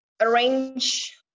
arrange